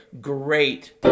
Great